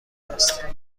است